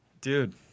dude